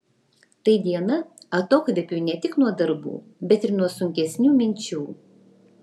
tai diena atokvėpiui ne tik nuo darbų bet ir nuo sunkesnių minčių